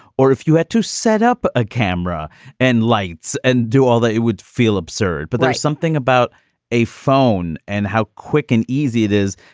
or if you had to set up a camera and lights and do all that, it would feel absurd. but there's something about a phone and how quick and easy it is.